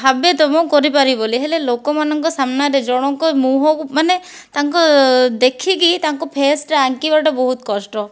ଭାବେ ତ ମୁଁ କରିପାରିବି ବୋଲି ହେଲେ ଲୋକମାନଙ୍କ ସାମ୍ନାରେ ଜଣଙ୍କ ମୁହଁକୁ ମାନେ ତାଙ୍କ ଦେଖିକି ତାଙ୍କ ଫେସ୍ଟା ଆଙ୍କିବାଟା ବହୁତ କଷ୍ଟ